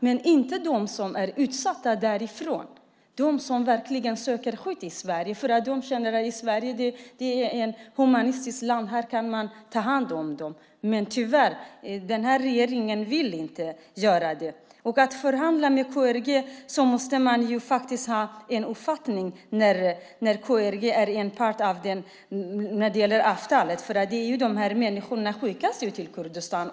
Men de därifrån som är utsatta kan inte göra det, de som verkligen söker skydd i Sverige, för att de känner att Sverige är ett humanistiskt land; här kan man ta hand om dem. Men tyvärr vill den här regeringen inte göra det. För att förhandla med KRG måste man ha en uppfattning om när KRG är en part i avtalet. De här människorna skickas till Kurdistan.